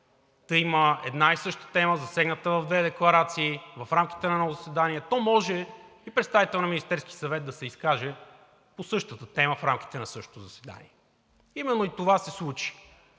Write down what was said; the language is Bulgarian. да има една и съща тема, засегната в две декларации в рамките на едно заседание, то може и представител на Министерския съвет да се изкаже по същата тема в рамките на същото заседание. Именно и това се случи,